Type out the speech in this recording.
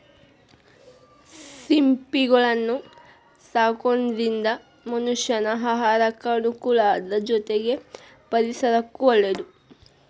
ಸಿಂಪಿಗಳನ್ನ ಸಾಕೋದ್ರಿಂದ ಮನಷ್ಯಾನ ಆಹಾರಕ್ಕ ಅನುಕೂಲ ಅದ್ರ ಜೊತೆಗೆ ಪರಿಸರಕ್ಕೂ ಒಳ್ಳೇದು